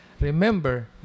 remember